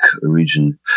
region